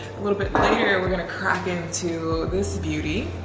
a little bit later we're gonna crack into this beauty.